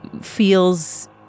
feels